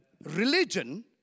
Religion